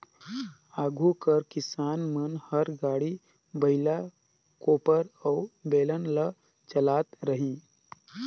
आघु कर किसान मन हर गाड़ी, बइला, कोपर अउ बेलन ल चलात रहिन